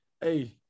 Hey